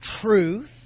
truth